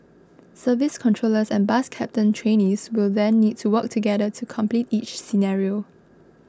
service controllers and bus captain trainees will then need to work together to complete each scenario